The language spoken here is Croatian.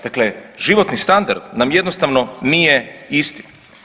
Dakle, životni standard nam jednostavno nije isti.